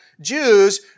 Jews